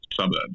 suburbs